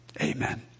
Amen